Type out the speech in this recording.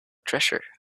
treasure